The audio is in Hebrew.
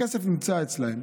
הכסף נמצא אצלם,